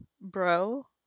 bro